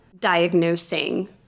diagnosing